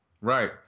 right